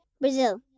Brazil